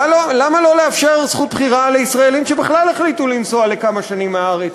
למה לא לאפשר זכות בחירה לישראלים שבכלל החליטו לנסוע לכמה שנים מהארץ,